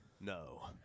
No